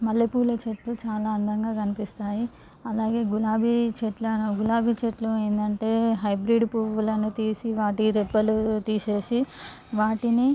మల్లెపూల చెట్లు చాలా అందంగా కనిపిస్తాయి అలాగే గులాబీ చెట్లు గులాబీ చెట్లు ఏందంటే హైబ్రిడ్ పువ్వులను తీసి వాటి రెప్పలు తీసేసి వాటిని